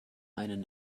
einen